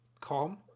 calm